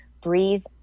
breathe